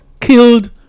killed